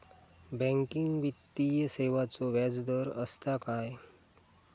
Banking वित्तीय सेवाचो व्याजदर असता काय?